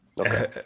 Okay